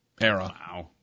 era